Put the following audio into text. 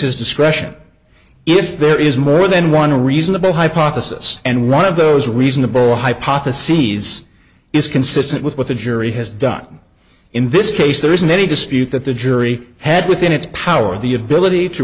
his discretion if there is more than one reasonable hypothesis and one of those reasonable hypotheses is consistent with what the jury has done in this case there isn't any dispute that the jury had within its power the ability to